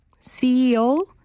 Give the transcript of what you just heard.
CEO